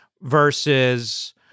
versus